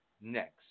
next